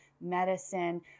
medicine